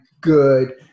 good